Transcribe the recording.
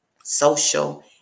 social